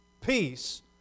Peace